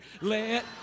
Let